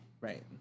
right